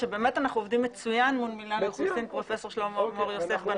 ואיך המשרד מתמודד עם משבר הקורונה באוכלוסייה הזו.